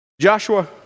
Joshua